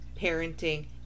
parenting